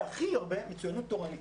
והכי הרבה מצוינות תורנית.